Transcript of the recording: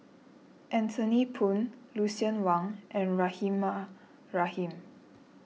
Anthony Poon Lucien Wang and Rahimah Rahim